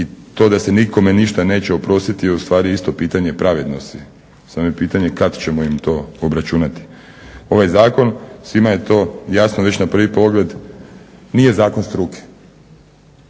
I to da se nikome ništa neće oprostiti je u stvari isto pitanje pravednosti, samo je pitanje kad ćemo im to obračunati. Ovaj zakon, svima je to jasno već na prvi pogled nije zakon struke.